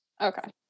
okay